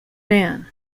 man